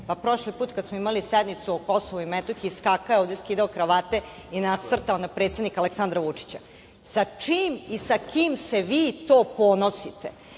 Prošli put kada smo imali sednicu o Kosovu i Metohiji skakao je ovde, skidao je kravate i nasrtao je na predsednika Aleksandra Vučića. Sa čim i sa kim se vi to ponosite?